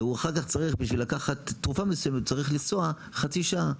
ואחר-כך בשביל לקחת תרופה מסוימת הוא צריך לנסוע חצי שעה.